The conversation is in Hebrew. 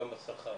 גם בשכר